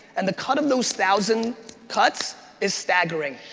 and the cut of those thousand cuts is staggering.